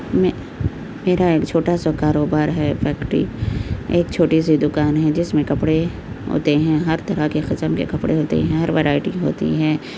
میں میرا ایک چھوٹا سا کاروبار ہے فیکٹری ایک چھوٹی سی دکان ہے جس میں کپڑے ہوتے ہیں ہر طرح کے قسم کے کپڑے ہوتے ہیں ہر ویرائٹی کی ہوتی ہیں